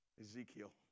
Ezekiel